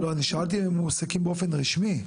אני שאלתי אם הם מועסקים באופן רשמי?